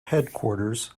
headquarters